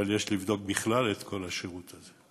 אבל יש לבדוק בכלל את כל השירות הזה.